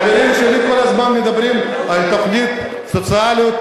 החברים שלי כל הזמן מדברים על תוכנית סוציאלית,